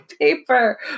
paper